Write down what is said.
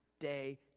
day